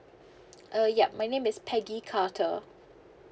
uh yup my name is peggy carter